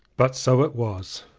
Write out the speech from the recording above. but so it was.